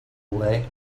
way